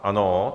Ano.